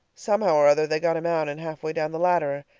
somehow or other they got him out and halfway down the ladder,